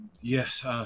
Yes